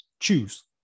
Choose